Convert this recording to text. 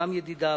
גם ידידיו,